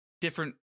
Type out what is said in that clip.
different